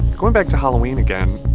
going back to halloween again,